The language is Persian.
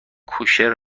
کوشر